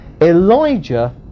Elijah